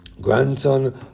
grandson